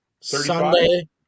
Sunday